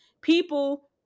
People